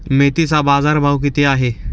मेथीचा बाजारभाव किती आहे?